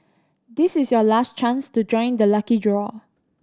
this is your last chance to join the lucky draw